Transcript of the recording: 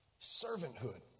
Servanthood